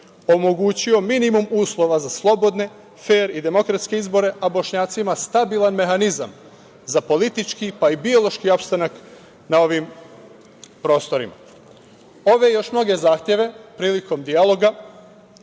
omogućio minimum uslova za slobodne, fer i demokratske izbore, a Bošnjacima stabilan mehanizam za politički, pa i biološki opstanak na ovim prostorima. Ove i još mnoge zahteve prilikom dijaloga